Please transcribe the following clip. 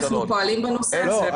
אנחנו פועלים בנושא הזה.